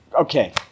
Okay